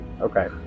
Okay